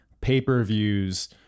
pay-per-views